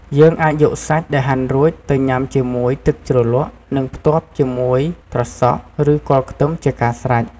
យើងអាចយកសាច់ដែលហាន់រួចទៅញ៉ាំជាមួយ ទឹកជ្រលក់ និងផ្ទាប់ជាមួយ ត្រសក់ ឬ គល់ខ្ទឹម ជាការស្រេច។